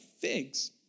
figs